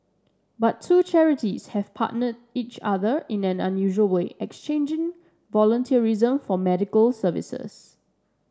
but two charities have partnered each other in an unusual way exchanging volunteerism for medical services